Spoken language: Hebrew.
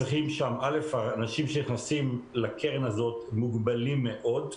האנשים שנכנסים לקרן הזאת מוגבלים מאוד,